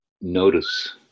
notice